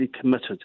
committed